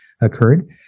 occurred